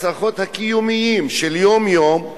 הצרכים הקיומיים של היום-יום,